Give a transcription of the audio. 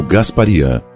Gasparian